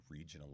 regionally